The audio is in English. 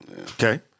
Okay